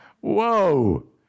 Whoa